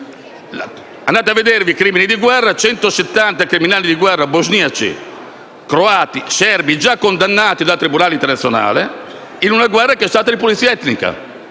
Andate a vedere i crimini di guerra: 170 criminali di guerra bosniaci, croati, serbi, già condannati da un tribunale internazionale in una guerra che è stata di pulizia etnica